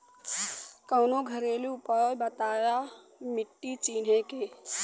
कवनो घरेलू उपाय बताया माटी चिन्हे के?